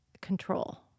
control